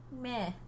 meh